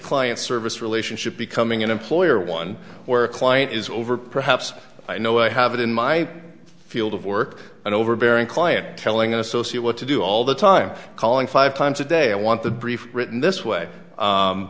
client service relationship becoming an employer one where a client is over perhaps i know i have it in my field of work an overbearing client telling an associate what to do all the time calling five times a day i want the brief written this way